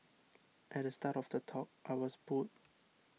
at the start of the talk I was booed